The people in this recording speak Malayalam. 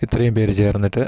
ഇത്രയും പേർ ചേർന്നിട്ട്